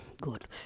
good